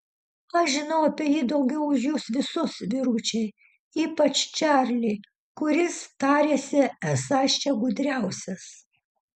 aš žinau apie jį daugiau už jus visus vyručiai ypač čarlį kuris tariasi esąs čia gudriausias